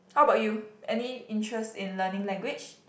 how about you any interest in learning language